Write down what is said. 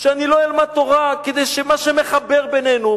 שאני לא אלמד תורה כדי שמה שמחבר בינינו,